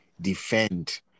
defend